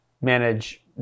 manage